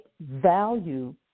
value